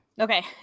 Okay